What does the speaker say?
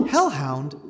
Hellhound